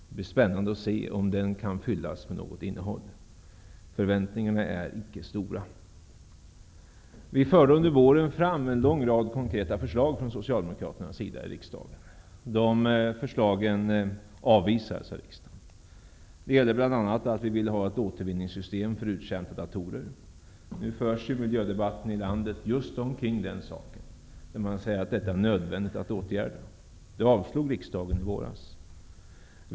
Det blir spännande att se om den kan fyllas med något innehåll. Förväntningarna är icke stora. Från socialdemokratisk sida förde vi under våren fram en lång rad konkreta förslag i riksdagen. De förslagen avvisades av riksdagen. De gällde bl.a. att vi ville ha ett återvinningssystem för uttjänta datorer. Nu förs miljödebatten i landet just omkring den saken. Man säger att detta är nödvändigt att åtgärda. Det kravet avslog riksdagen i våras.